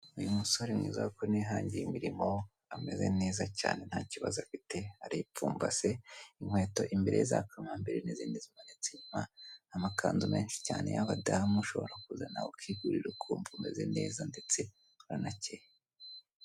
Uyu musore mwiza ubon ko yihangiye imirimo ameze neza cyane nta kibazo afite ari ipfumbase inkweto imbere ye za kamambiri n'izindi zimatse inyuma amakanzu menshi cyane y'abadamu ushobora nawe kuza ukigurira ukumva umeze neza ndetse uranakeye.